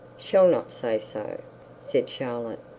shall not say so said charlotte.